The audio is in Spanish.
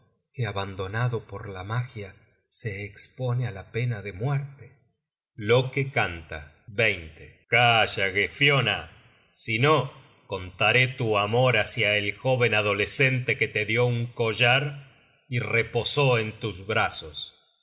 que abandonado por la magia se espone á la pena de muerte loke canta calla gefiona si no contaré tu amor hácia el jóven adolescente que te dió un collar y reposó en tus brazos